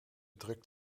drukt